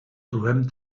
trobem